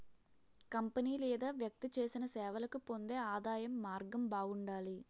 company లేదా వ్యక్తి చేసిన సేవలకు పొందే ఆదాయం మార్గం బాగుండాలి